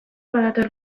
badator